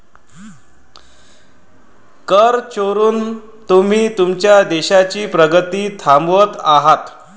कर चोरून तुम्ही तुमच्या देशाची प्रगती थांबवत आहात